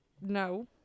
No